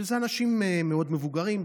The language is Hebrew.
שאלה אנשים מאוד מבוגרים,